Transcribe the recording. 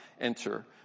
enter